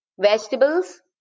vegetables